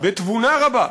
בתבונה רבה,